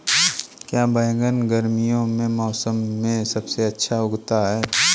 क्या बैगन गर्मियों के मौसम में सबसे अच्छा उगता है?